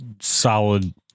solid